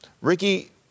Ricky